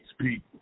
people